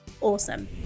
awesome